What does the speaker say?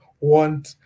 want